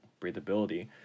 breathability